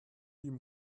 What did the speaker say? ihm